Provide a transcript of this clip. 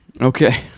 Okay